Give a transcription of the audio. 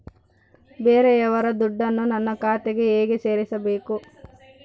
ಬೇರೆಯವರ ದುಡ್ಡನ್ನು ನನ್ನ ಖಾತೆಗೆ ಹೇಗೆ ಸೇರಿಸಬೇಕು?